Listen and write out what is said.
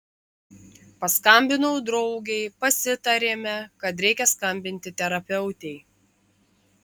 paskambinau draugei pasitarėme kad reikia skambinti terapeutei